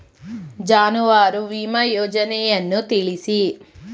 ಜಾನುವಾರು ವಿಮಾ ಯೋಜನೆಯನ್ನು ತಿಳಿಸಿ?